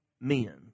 men